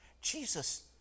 Jesus